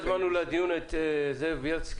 חבל שלא הזמנו לדיון את זאב ביילסקי.